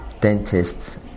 dentists